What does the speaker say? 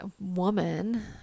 woman